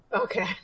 Okay